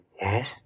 Yes